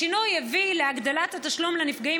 השינוי הביא להגדלת התשלום לנפגעים